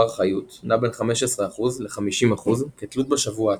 חיות נע בין 15% ל-50% כתלות בשבוע עצמו.